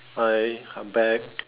hi I'm back